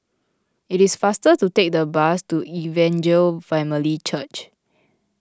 it is faster to take the bus to Evangel Family Church